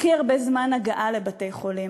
הכי הרבה זמן הגעה לבתי-חולים,